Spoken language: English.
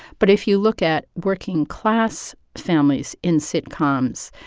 but if you look at working-class families in sitcoms,